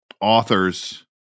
Authors